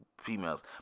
females